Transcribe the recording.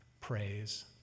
praise